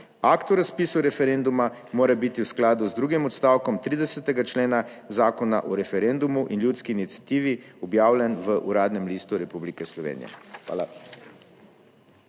Akt o razpisu referenduma mora biti v skladu z drugim odstavkom 30. člena Zakona o referendumu in ljudski iniciativi objavljen v Uradnem listu Republike Slovenije. Hvala.